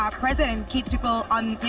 ah present and keeps people, you